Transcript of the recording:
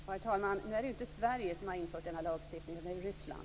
Herr talman! Nu är det inte Sverige som infört denna lagstiftning utan Ryssland.